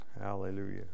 Hallelujah